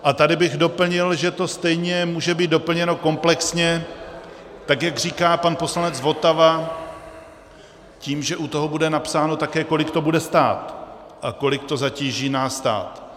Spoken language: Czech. A tady bych doplnil, že to stejně může být doplněno komplexně, tak jak říká pan poslanec Votava, tím, že u toho bude napsáno také, kolik to bude stát a kolik to zatíží náš stát.